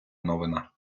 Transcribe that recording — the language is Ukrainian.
новина